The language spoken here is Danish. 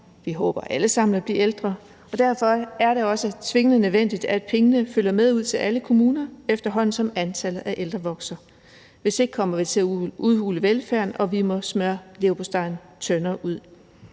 Vi håber alle sammen at blive ældre, og derfor er det også tvingende nødvendigt, at pengene følger med ud til alle kommuner, efterhånden som antallet af ældre vokser. Hvis ikke, kommer vi til at udhule velfærden og må smøre leverpostejen tyndere ud